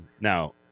now